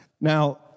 now